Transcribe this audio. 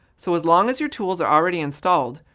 so as long as your tools are already installed,